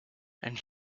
and